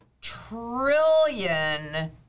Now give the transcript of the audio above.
trillion